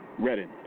Redding